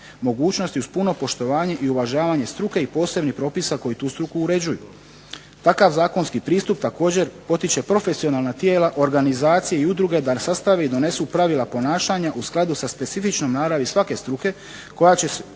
mogućnosti uz puno poštovanje i uvažavanje struke i posebnih propisa koji tu struku uređuju. Takav zakonski pristup također potiče profesionalna tijela organizaciji i udruge da sastave i donesu pravila ponašanja u skladu sa specifičnom naravi svake struke koja će